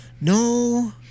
No